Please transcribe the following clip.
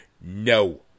No